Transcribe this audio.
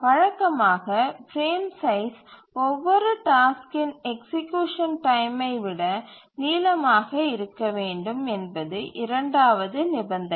வழக்கமாக frame size ஒவ்வொரு டாஸ்க்கின் எக்சீக்யூசன் டைமை விட நீளமாக இருக்க வேண்டும் என்பது இரண்டாவது நிபந்தனை